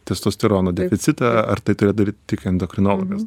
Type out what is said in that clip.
testosterono deficitą ar tai turė daryt tik endokrinologas